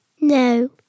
No